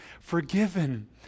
forgiven